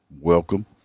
Welcome